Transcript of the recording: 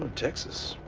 texas.